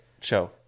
show